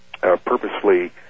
purposely